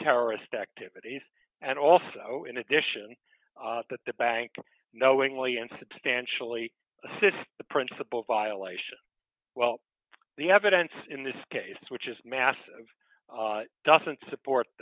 terrorist activities and also in addition that the bank knowingly and substantially assist the principle violation well the evidence in this case which is math doesn't support